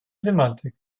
semantik